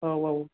आव आव